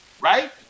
right